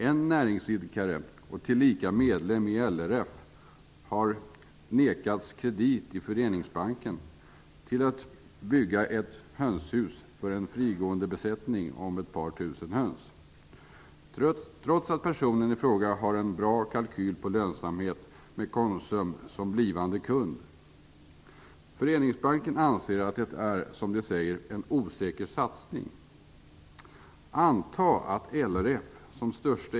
En näringsidkare och tillika medlem i LRF har nekats kredit i Föreningsbanken för att bygga ett hönshus för en frigående besättning om ett par tusen höns -- detta trots att personen i fråga har en bra lönsamhetskalkyl med Konsum som blivande kund. Föreningsbanken anser att det är ''en osäker satsning''.